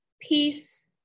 peace